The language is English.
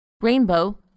Rainbow